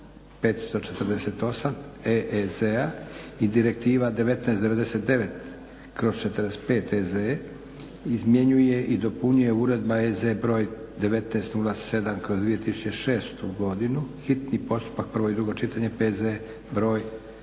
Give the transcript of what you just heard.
67/548/EEZ-a i Direktiva 1999/45/EZ-a i izmjenjuje i dopunjuje Uredba EZ br. 1907/2006., hitni postupak, prvo i drugo čitanje, P.Z. br.